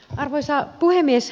arvoisa puhemies